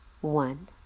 One